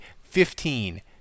fifteen